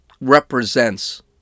represents